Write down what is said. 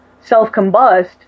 self-combust